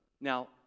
Now